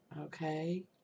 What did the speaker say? okay